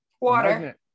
water